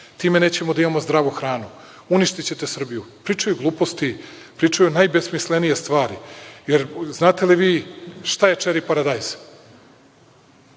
time nećemo da imamo zdravu hranu, uništićete Srbiju. Pričaju gluposti, pričaju najbesmislenije stvari. Znate li vi šta je to čeri paradajz?